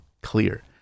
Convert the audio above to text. clear